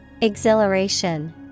Exhilaration